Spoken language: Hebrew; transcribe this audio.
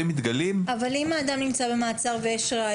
מתגלים --- אבל אם האדם נמצא במעצר ויש ראיות?